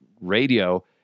radio